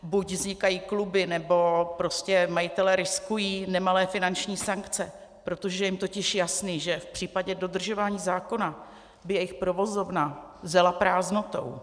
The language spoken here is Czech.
Buď vznikají kluby, nebo majitelé riskují nemalé finanční sankce, protože je jim totiž jasné, že v případě dodržování zákona by jejich provozovna zela prázdnotou.